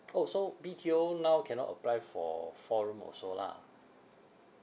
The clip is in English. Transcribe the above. orh so B_T_O now cannot apply for four room also lah